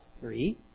three